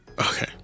Okay